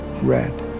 red